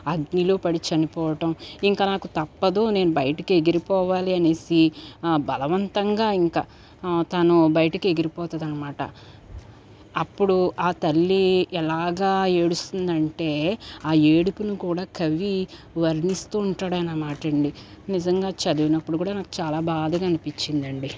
అగ్నిలో పడి చనిపోవడం ఇంకా నాకు తప్పదు నేను బయటకి ఎగిరిపోవాలి అనేసి బలవంతంగా ఇంకా తను బయటికి ఎగిరిపోతుందన్నమాట అప్పుడు ఆ తల్లి ఎలాగ ఏడుస్తుందంటే ఆ ఏడుపును కూడా కవి వర్ణిస్తూ ఉంటాడు అనమాట అండీ నిజంగా చదివినప్పుడు కూడా నాకు చాలా బాధగా అనిపించింది అండీ